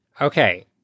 Okay